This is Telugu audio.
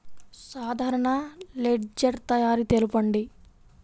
సాధారణ లెడ్జెర్ తయారి తెలుపండి?